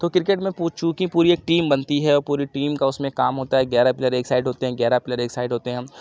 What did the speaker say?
تو کرکٹ میں پوچ چوں کہ پوری ایک ٹیم بنتی ہے اور پوری ٹیم کا اُس میں کام ہوتا ہے گیارہ پلیئر ایک سائیڈ ہوتے ہیں گیارہ پلیئر ایک سائیڈ ہوتے ہیں